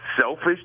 selfish